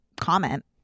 comment